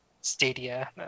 Stadia